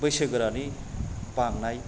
बैसो गोरानि बांनाय